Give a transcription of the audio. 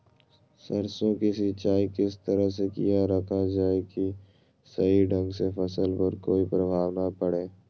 सरसों के सिंचाई किस तरह से किया रखा जाए कि सही ढंग से फसल पर कोई प्रभाव नहीं पड़े?